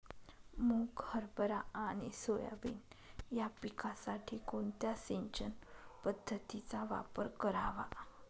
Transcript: मुग, हरभरा आणि सोयाबीन या पिकासाठी कोणत्या सिंचन पद्धतीचा वापर करावा?